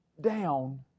down